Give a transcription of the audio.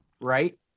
Right